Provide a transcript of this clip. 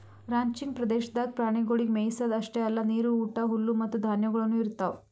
ranching ಪ್ರದೇಶದಾಗ್ ಪ್ರಾಣಿಗೊಳಿಗ್ ಮೆಯಿಸದ್ ಅಷ್ಟೆ ಅಲ್ಲಾ ನೀರು, ಊಟ, ಹುಲ್ಲು ಮತ್ತ ಧಾನ್ಯಗೊಳನು ಇರ್ತಾವ್